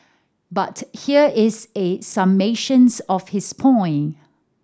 but here is a summations of his point